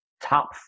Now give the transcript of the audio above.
top